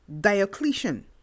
Diocletian